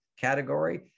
category